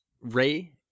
Ray